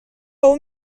اون